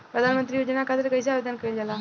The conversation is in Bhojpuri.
प्रधानमंत्री योजना खातिर कइसे आवेदन कइल जाला?